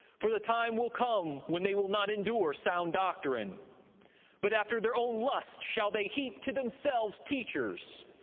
for the time will come when they will not endure sound doctrine but after their own lusts shall they heap to themselves teachers,